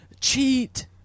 Cheat